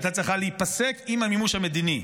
הייתה צריכה להיפסק עם המימוש המדיני,